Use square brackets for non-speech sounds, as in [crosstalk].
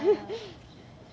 [laughs]